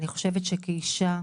אני חושבת שכאישה,